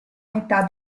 metà